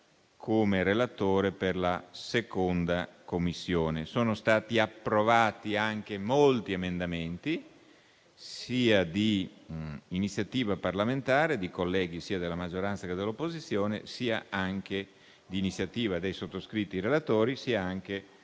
come relatore per la 2a Commissione. Sono stati approvati anche molti emendamenti, sia di iniziativa parlamentare, di colleghi di maggioranza e opposizione, sia di iniziativa di noi relatori, sia di